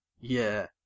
Yeah